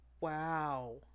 Wow